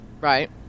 Right